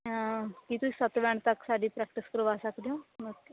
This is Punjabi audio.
ਕੀ ਤੁਸੀਂ ਸੱਤ ਬੈਂਡ ਤੱਕ ਸਾਡੀ ਪ੍ਰੈਕਟਿਸ ਕਰਵਾ ਸਕਦੇ ਹੋ